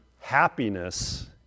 happiness